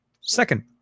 second